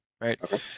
right